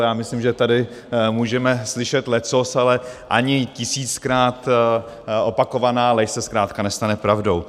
Já myslím, že tady můžeme slyšet leccos, ale ani tisíckrát opakovaná lež se zkrátka nestane pravdou.